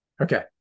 Okay